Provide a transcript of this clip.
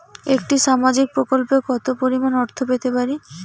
একটি সামাজিক প্রকল্পে কতো পরিমাণ অর্থ পেতে পারি?